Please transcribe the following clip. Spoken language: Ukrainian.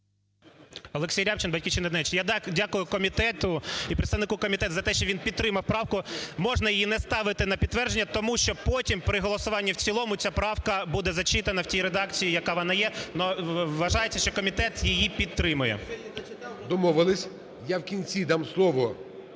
Домовились. Я вкінці дам слово